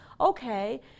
okay